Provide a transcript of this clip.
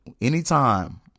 anytime